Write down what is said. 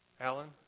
Alan